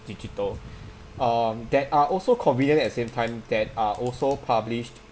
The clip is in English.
digital um that are also convenient at the same time that are also published